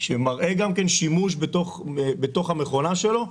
שמראה גם שימוש בתוך המכונה שלו,